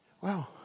Wow